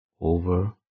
over